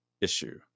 issue